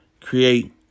create